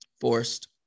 forced